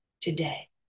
today